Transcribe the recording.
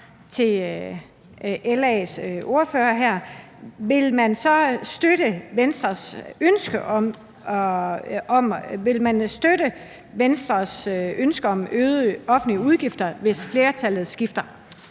Vil man så støtte Venstres ønske om øgede offentlige udgifter, hvis flertallet skifter?